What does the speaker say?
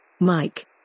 Mike